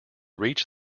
reach